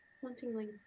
Hauntingly